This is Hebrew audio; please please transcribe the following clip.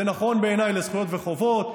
זה נכון בעיניי לזכויות וחובות,